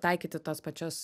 taikyti tas pačias